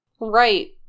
Right